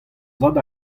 zad